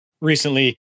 recently